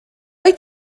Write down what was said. wyt